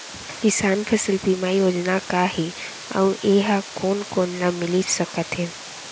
किसान फसल बीमा योजना का हे अऊ ए हा कोन कोन ला मिलिस सकत हे?